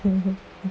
mmhmm